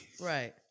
right